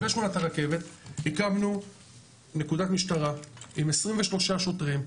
הקמנו נקודת משטרה עם 23 שוטרים,